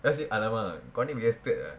just say !alamak! kau ni wasted ah